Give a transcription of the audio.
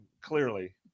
clearly